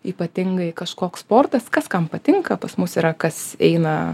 ypatingai kažkoks sportas kas kam patinka pas mus yra kas eina